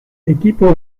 equipo